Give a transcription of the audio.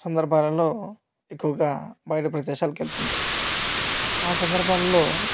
సందర్భాలలో ఎక్కువగా బయట ప్రదేశాలకు వెళ్తుంటాను ఆ సందర్భాల్లో